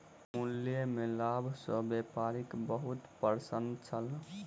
मूल्य में लाभ सॅ व्यापारी बहुत प्रसन्न छल